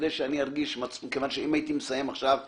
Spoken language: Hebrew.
אם הייתי מסיים עכשיו,